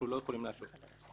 אנחנו לא יכולים להשעות אותו.